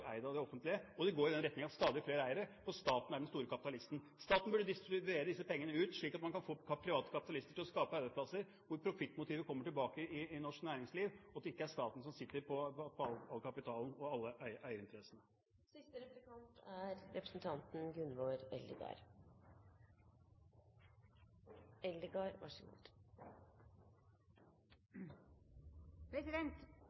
den retningen at stadig flere er det, for staten er den store kapitalisten. Staten burde distribuere disse pengene, slik at man få private kapitalister til å skape arbeidsplasser, slik at profittmotivet kommer tilbake i norsk næringsliv, og slik at det ikke er staten som sitter på all kapitalen og alle eierinteressene. I sitt alternative budsjett legg Framstegspartiet opp til ein integreringspolitikk som både har redusert rettsvern og full stopp i dialogen mellom innvandrarar og myndigheiter. Så